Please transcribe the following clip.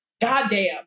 goddamn